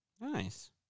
Nice